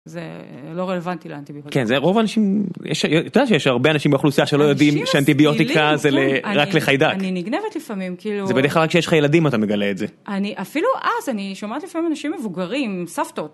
זה לא רלוונטי לאנטיביוטיקה. כן, זה רוב האנשים, את יודעת שיש הרבה אנשים באוכלוסייה שלא יודעים שאנטיביוטיקה זה רק לחיידק. אני נגנבת לפעמים, כאילו... זה בדרך כלל רק כשיש לך ילדים אתה מגלה את זה. אני, אפילו אז, אני שומעת לפעמים אנשים מבוגרים, סבתות.